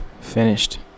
Finished